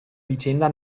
vicenda